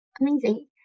amazing